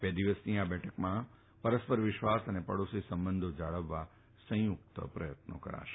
બે દિવસની આ બેઠકમાં પરસ્પર વિશ્વાસ અને પડોશી સંબંધો જાળવવા સંયુક્ત પ્રયત્નો કરાશે